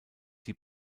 die